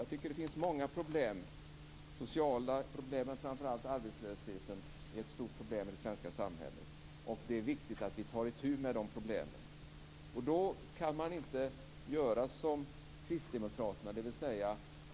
Jag tycker att det finns många problem, framför allt de sociala problemen och arbetslösheten, som är ett stort problem i det svenska samhället. Det är viktigt att vi tar itu med dessa problem. Då kan man inte göra som kristdemokraterna, dvs.